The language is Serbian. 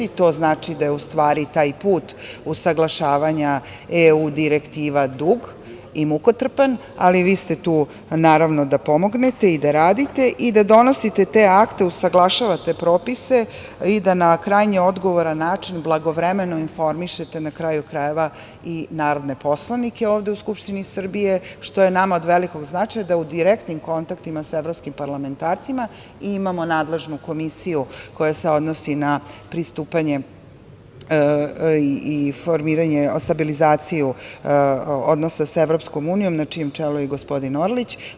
To znači da je u stvari taj put usaglašavanja EU direktiva dug i mukotrpan, ali vi ste tu, naravno, da pomognete i da radite i da donosite te akte, usaglašavate propise i da na krajnje odgovoran način blagovremeno informišete i narodne poslanike ovde u Skupštini Srbije, što je nama od velikog značaja da u direktnim kontaktima sa evropskim parlamentarcima imamo nadležnu komisiju koja se odnosi na pristupanje i formiranje, stabilizaciju odnosa sa EU, na čijem čelu je gospodin Orlić.